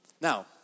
Now